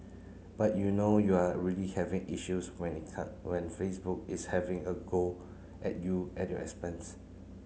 but you know you are really having issues when it come when Facebook is having a go at you at your expense